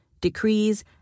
decrees